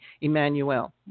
Emmanuel